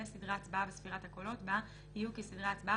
וסדרי ההצבעה וספירת הקולות בה יהיו כסדרי ההצבעה